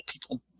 people